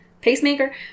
pacemaker